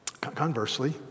Conversely